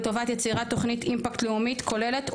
לטובת יצירת תוכנית אימפקט לאומית כוללת,